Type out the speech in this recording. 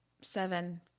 seven